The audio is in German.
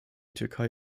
türkei